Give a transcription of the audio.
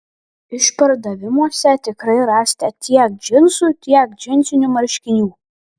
išpardavimuose tikrai rasite tiek džinsų tiek džinsinių marškinių